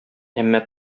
әмма